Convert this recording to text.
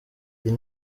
iyi